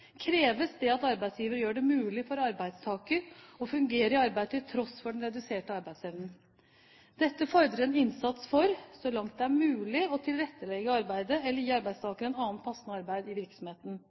kreves det at arbeidsgiver gjør det mulig for arbeidstaker å fungere i arbeidet til tross for den reduserte arbeidsevnen. Dette fordrer en innsats for – så langt det er mulig – å tilrettelegge arbeidet eller gi